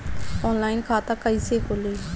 Online खाता कईसे खुलि?